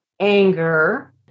anger